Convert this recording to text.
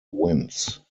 wins